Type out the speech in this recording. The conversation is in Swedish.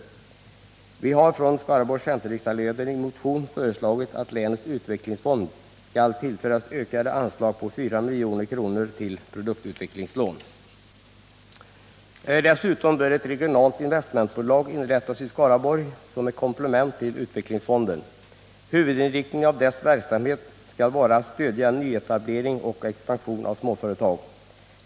Vi centerriksdagsledamöter från Skaraborgs län har i motion föreslagit att länets utvecklingsfond skall tillföras ökade anslag med 4 milj.kr. till produktutvecklingslån. Dessutom bör ett regionalt investmentbolag inrättas i Skaraborgs län som ett komplement till utvecklingsfonden. Huvudinriktningen av dess verksamhet skall vara att stödja nyetablering och expansion av småföretag.